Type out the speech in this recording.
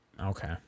Okay